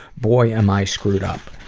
boy am i screwed up.